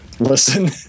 listen